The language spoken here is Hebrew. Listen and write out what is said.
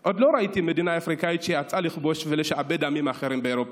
עוד לא ראיתי מדינה אפריקאית שיצאה לכבוש ולשעבד עמים אחרים באירופה.